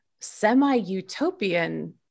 semi-utopian